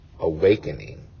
awakening